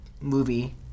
movie